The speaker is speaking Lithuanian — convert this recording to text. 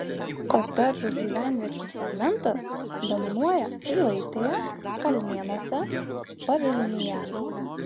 kotedžų gyvenviečių segmentas dominuoja pilaitėje kalnėnuose pavilnyje